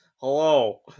hello